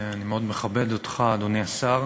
אני מאוד מכבד אותך, אדוני השר,